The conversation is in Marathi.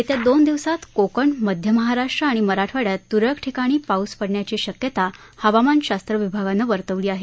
येत्या दोन दिवसात कोकण मध्य महाराष्ट्र आणि मराठवाड्यात तूरळक ठिकाणी पाऊस पडण्याची शक्यता हवामानशास्त्र विभागानं वर्तवली आहे